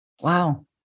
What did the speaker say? Wow